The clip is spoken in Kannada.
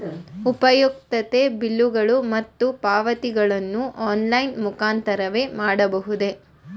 ಉಪಯುಕ್ತತೆ ಬಿಲ್ಲುಗಳು ಮತ್ತು ಪಾವತಿಗಳನ್ನು ಆನ್ಲೈನ್ ಮುಖಾಂತರವೇ ಮಾಡಬಹುದೇ?